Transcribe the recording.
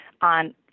on